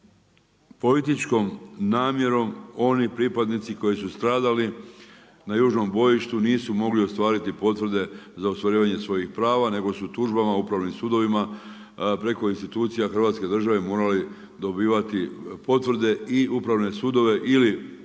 političkom namjerom oni pripadnici koji su stradali na južnom bojištu nisu mogli ostvariti potvrde za ostvarivanje svojih prava nego su tužbama upravnim sudovima preko institucija Hrvatske države morali dobivati potvrde i upravne sudove ili